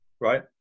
right